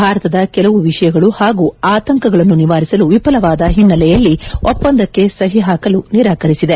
ಭಾರತದ ಕೆಲವು ವಿಷಯಗಳು ಹಾಗೂ ಆತಂಕಗಳನ್ನು ನಿವಾರಿಸಲು ವಿಫಲವಾದ ಹಿನ್ನೆಲೆಯಲ್ಲಿ ಆರ್ಸಿಇಪಿ ಒಪ್ಸಂದಕ್ಕೆ ಸಹಿ ಹಾಕಲು ನಿರಾಕರಿಸಿದೆ